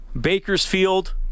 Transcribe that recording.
Bakersfield